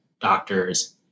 doctors